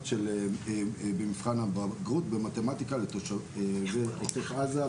במבחן הבגרות במתמטיקה לתושבי עוטף עזה.